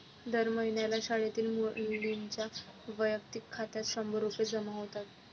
दर महिन्याला शाळेतील मुलींच्या वैयक्तिक खात्यात शंभर रुपये जमा होतात